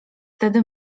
tedy